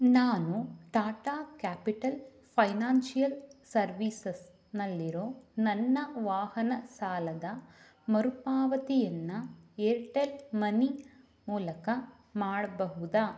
ನಾನು Tata Capital Financial ಸರ್ವೀಸಸ್ನಲ್ಲಿರೋ ನನ್ನ ವಾಹನ ಸಾಲದ ಮರುಪಾವತಿಯನ್ನು ಏರ್ಟೆಲ್ ಮನಿ ಮೂಲಕ ಮಾಡಬಹುದಾ